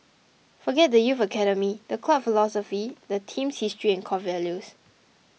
forget the youth academy the club philosophy the team's history and core values